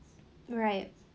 alright